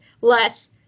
less